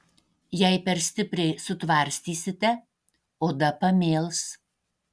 jei per stipriai sutvarstysite oda pamėls